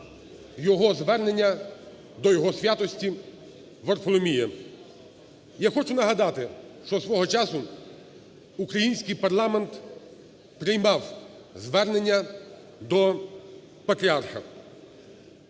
його звернення до Його Святості Варфоломія. Я хочу нагадати, що свого часу український парламент приймав звернення до Патріарха,